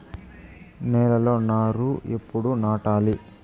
నేలలో నారు ఎప్పుడు నాటాలి?